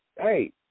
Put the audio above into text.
hey